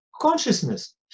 Consciousness